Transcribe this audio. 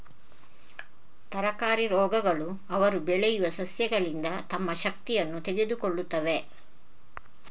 ತರಕಾರಿ ರೋಗಗಳು ಅವರು ಬೆಳೆಯುವ ಸಸ್ಯಗಳಿಂದ ತಮ್ಮ ಶಕ್ತಿಯನ್ನು ತೆಗೆದುಕೊಳ್ಳುತ್ತವೆ